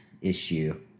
issue